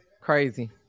Crazy